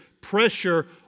Pressure